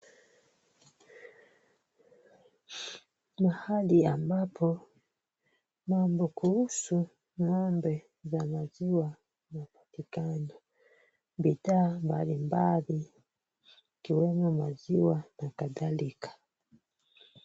Mahali ambapo mambo kuhusu ng'ombe za maziwa zanapatikana. Bidhaa mbalimbali ikiwemo maziwa na kadhalika.